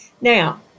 Now